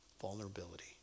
vulnerability